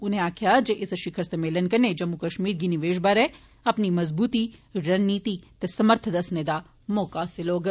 उनें गलाया जे इस शिवर सम्मेलन कन्ने जम्मू कश्मीर गी निवेश बारै अपनी मजबूतीए रणनीति ते समर्थ दसस्ने दा मौका हासिल होग